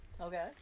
Okay